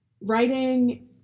writing